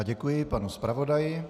Děkuji panu zpravodaji.